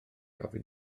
ofyn